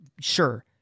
Sure